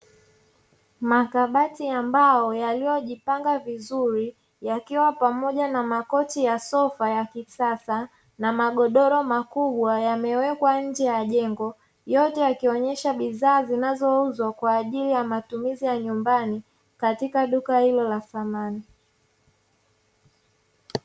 Makabati ya mbao yaliyojipanga vizuri yakiwa pamoja na makochi ya sofa ya kisasa na magodoro makubwa, yamewekwa nje ya jengo yote yakionyesha bidhaa zinazouzwa kwa ajili ya matumizi ya nyumbani katika duka hilo la samani.